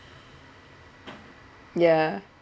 ya